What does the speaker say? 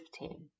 15